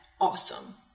awesome